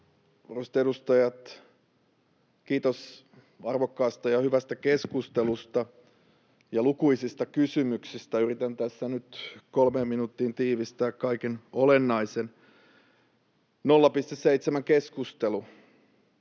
Arvoisat edustajat! Kiitos arvokkaasta ja hyvästä keskustelusta ja lukuisista kysymyksistä. Yritän tässä nyt 3 minuuttiin tiivistää kaiken olennaisen. 0,7-keskustelu,